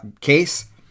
case